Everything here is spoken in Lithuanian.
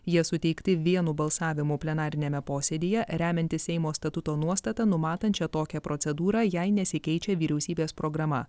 jie suteikti vienu balsavimu plenariniame posėdyje remiantis seimo statuto nuostata numatančia tokią procedūrą jei nesikeičia vyriausybės programa